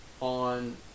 on